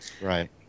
Right